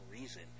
reason